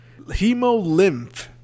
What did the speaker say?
hemolymph